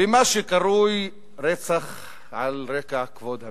לגבי מה שקרוי "רצח על רקע כבוד המשפחה".